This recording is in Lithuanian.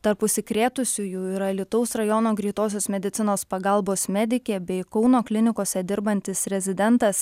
tarp užsikrėtusiųjų yra alytaus rajono greitosios medicinos pagalbos medikė bei kauno klinikose dirbantis rezidentas